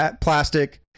plastic